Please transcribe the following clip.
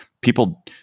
people